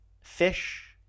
fish